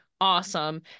awesome